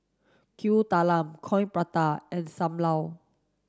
Kuih Talam Coin Prata and Sam Lau